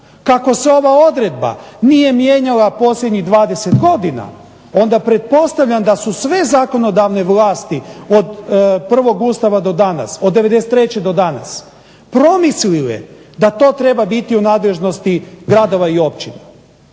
Kako se ova odredba nije mijenjala posljednjih 20 godina onda pretpostavljam da su sve zakonodavne vlasti od prvog Ustava do danas, od '93. do danas, promislile da to treba biti u nadležnosti gradova i općina.